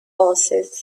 oasis